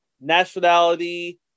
nationality